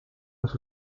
los